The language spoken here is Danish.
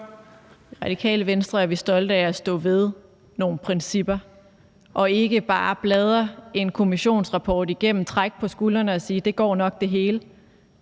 Radikale Venstre er vi stolte af at stå ved nogle principper og ikke bare bladre en kommissionsrapport igennem, trække på skuldrene og sige: Det går nok, det hele.